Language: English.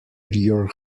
your